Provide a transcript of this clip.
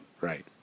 Right